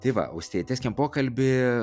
tai va austėja tęskim pokalbį